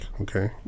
okay